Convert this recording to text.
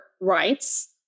rights